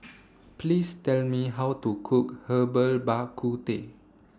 Please Tell Me How to Cook Herbal Bak Ku Teh